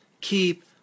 keep